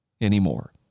anymore